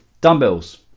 Dumbbells